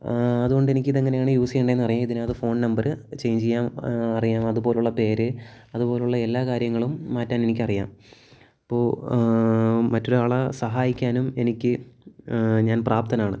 അതുകൊണ്ടെനിക്കിതെങ്ങനെയാണ് use ചെയ്യേണ്ടതെന്ന് അറിയാം ഇതിനകത്ത് ഫോൺ നമ്പർ ചേഞ്ച് ചെയ്യാൻ അറിയാം അതുപോലെയുള്ള പേര് അതുപോലെയുള്ള എല്ലാ കാര്യങ്ങളും മാറ്റാനെനിക്കറിയാം അപ്പോൾ മറ്റൊരാളെ സഹായിക്കാനും എനിക്ക് ഞാൻ പ്രാപ്തനാണ്